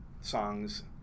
songs